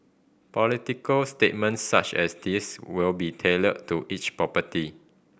political statements such as these will be tailored to each property